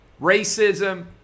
racism